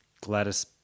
Gladys